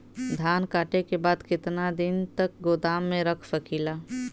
धान कांटेके बाद कितना दिन तक गोदाम में रख सकीला?